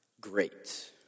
great